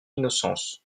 innocence